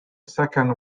second